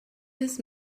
his